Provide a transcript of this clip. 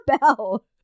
Bell